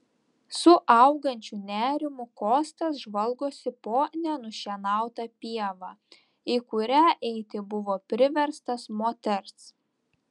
su augančiu nerimu kostas žvalgosi po nenušienautą pievą į kurią eiti buvo priverstas moters